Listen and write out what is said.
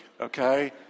okay